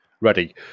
ready